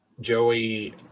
Joey